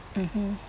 mmhmm